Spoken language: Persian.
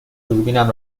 دوربینم